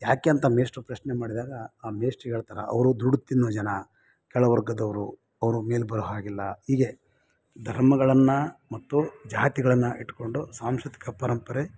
ಯಾಕೆ ಅಂತ ಮೇಷ್ಟ್ರು ಪ್ರಶ್ನೆ ಮಾಡಿದಾಗ ಆ ಮೇಷ್ಟ್ರು ಹೇಳ್ತಾರೆ ಅವರು ದುಡ್ಡು ತಿನ್ನುವ ಜನ ಕೆಳವರ್ಗದವರು ಅವರು ಮೇಲೆ ಬರೋಹಾಗಿಲ್ಲ ಈಗೆ ಧರ್ಮಗಳನ್ನು ಮತ್ತು ಜಾತಿಗಳನ್ನು ಇಟ್ಕೊಂಡು ಸಾಂಸ್ಕೃತಿಕ ಪರಂಪರೆ